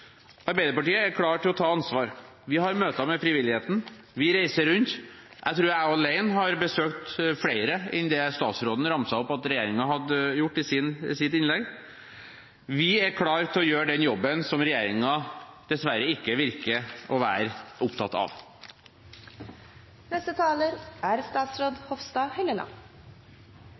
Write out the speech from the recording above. Arbeiderpartiet er klar til å ta ansvar. Vi har møter med frivilligheten, vi reiser rundt – jeg tror jeg alene har besøkt flere enn det som statsråden i sitt innlegg ramset opp at regjeringen hadde gjort. Vi er klare til å gjøre den jobben som regjeringen dessverre ikke virker å være opptatt av. Det er